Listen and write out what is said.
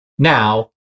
Now